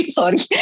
sorry